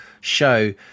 show